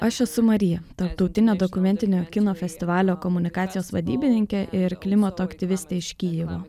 aš esu marija tarptautinė dokumentinio kino festivalio komunikacijos vadybininkė ir klimato aktyvistė iš kijevo